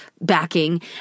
backing